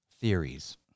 Theories